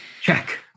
Check